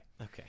Okay